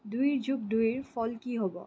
দুই যোগ দুইৰ ফল কি হ'ব